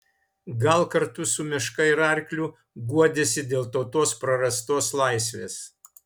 gal kartu su meška ir arkliu guodėsi dėl tautos prarastos laisvės